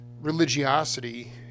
religiosity